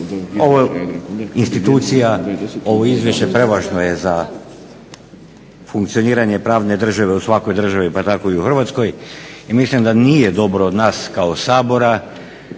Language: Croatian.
događa. Institucija, ovo Izvješće prevažno je za funkcioniranje pravne države u svakoj državi pa tako i u Hrvatskoj i mislim da nije dobro nas kao Sabora